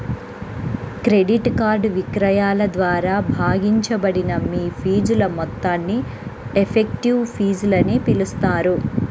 credit card విక్రయాల ద్వారా భాగించబడిన మీ ఫీజుల మొత్తాన్ని ఎఫెక్టివ్ ఫీజులని పిలుస్తారు